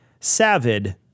Savid